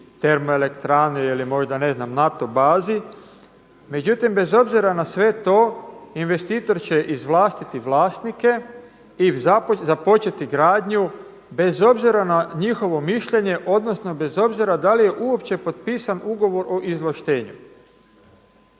termoelektrane ili možda NATO bazi. Međutim, bez obzira na sve to investitor će izvlastiti vlasnike i započeti gradnju bez obzira na njihovo mišljenje odnosno bez obzira da li je uopće potpisan Ugovor o izvlaštenju.